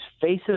faces